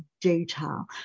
detail